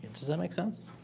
does that make sense?